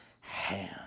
hand